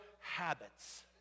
habits